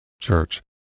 Church